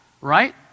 right